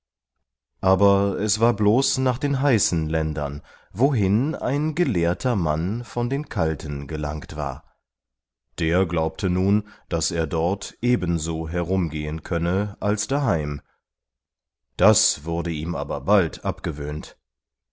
aber es war bloß nach den heißen ländern wohin ein gelehrter mann von den kalten gelangt war der glaubte nun daß er dort ebenso herumgehen könne als daheim das wurde ihm aber bald abgewöhnt